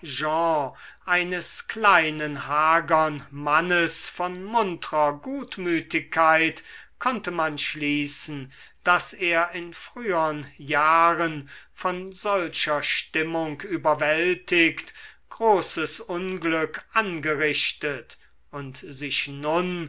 eines kleinen hagern mannes von muntrer gutmütigkeit konnte man schließen daß er in frühern jahren von solcher stimmung überwältigt großes unglück angerichtet und sich nun